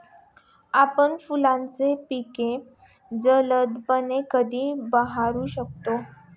आपण फुलांची पिके जलदपणे कधी बहरू शकतो?